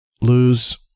lose